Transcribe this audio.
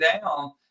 down